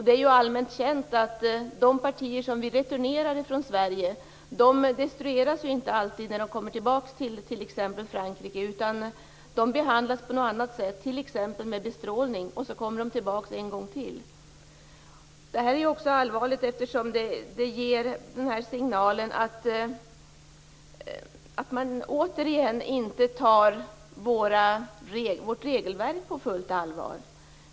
Det är allmänt känt att de partier som vi returnerar från Sverige inte alltid destrueras när de kommer tillbaka t.ex. till Frankrike utan i stället behandlas på något annat sätt, exempelvis med bestrålning, och kommer hit en gång till. Detta är betänkligt också därför att det återigen ger signalen att man inte tar vårt regelverk på fullt allvar.